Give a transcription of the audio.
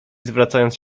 zwracając